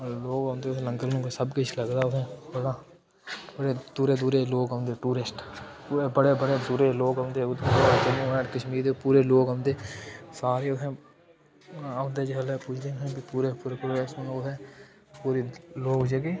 लोग औंदे उत्थै लंगर लुंगर सब किश लग्गदा उत्थै बड़ा बड़े दूरै दूरै दे लोग औंदे टूरिस्ट पूरे बड़े बड़े दूरै दे लोग औंदे उत्थै पूरे जम्मू एंड कश्मीर दे पूरे लोग औंदे सारे उत्थै औंदे जिसलै पुजदे न उत्थै भी उत्थै पूरे पूरे लोग जेह्के